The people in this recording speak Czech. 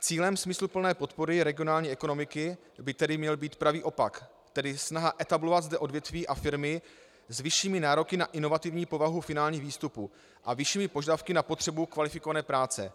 Cílem smysluplné podpory regionální ekonomiky by tedy měl být pravý opak, tedy snaha etablovat zde odvětví a firmy s vyššími nároky na inovativní povahu finálních výstupů a vyššími požadavky na potřebu kvalifikované práce.